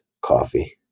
coffee